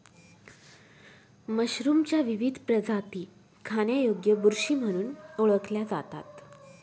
मशरूमच्या विविध प्रजाती खाण्यायोग्य बुरशी म्हणून ओळखल्या जातात